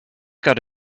got